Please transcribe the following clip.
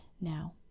Now